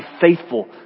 faithful